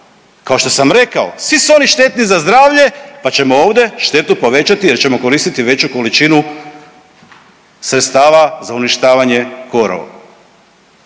kao što sam rekao svi su oni štetni za zdravlje, pa ćemo ovdje štetu povećati jer ćemo koristiti veću količinu sredstava za uništavanje korova.